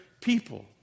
people